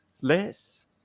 less